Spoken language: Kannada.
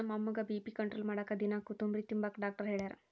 ನಮ್ಮ ಅಮ್ಮುಗ್ಗ ಬಿ.ಪಿ ಕಂಟ್ರೋಲ್ ಮಾಡಾಕ ದಿನಾ ಕೋತುಂಬ್ರೆ ತಿಂಬಾಕ ಡಾಕ್ಟರ್ ಹೆಳ್ಯಾರ